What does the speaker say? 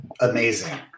amazing